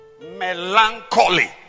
melancholy